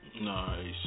Nice